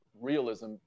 realism